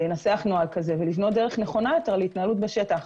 לנסח נוהל כזה ולבנות דרך נכונה יותר להתנהלות בשטח.